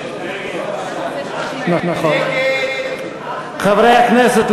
חברי הכנסת,